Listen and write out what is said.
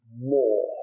more